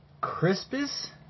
Crispus